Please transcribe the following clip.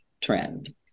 trend